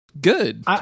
good